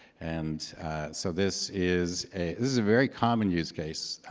and so this is a is a very common use case.